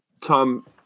Tom